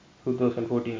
2014